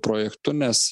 projektu nes